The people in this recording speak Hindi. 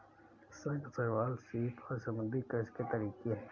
शंख, शैवाल, सीप आदि समुद्री कृषि के तरीके है